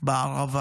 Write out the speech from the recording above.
בערבה